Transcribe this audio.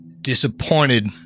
disappointed